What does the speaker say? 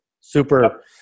super